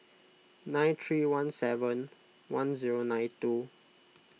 nine three one seven one zero nine two